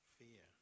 fear